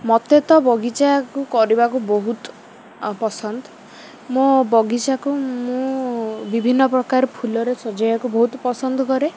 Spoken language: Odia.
ମୋତେ ତ ବଗିଚାକୁ କରିବାକୁ ବହୁତ ପସନ୍ଦ ମୋ ବଗିଚାକୁ ମୁଁ ବିଭିନ୍ନ ପ୍ରକାର ଫୁଲରେ ସଜାଇବାକୁ ବହୁତ ପସନ୍ଦ କରେ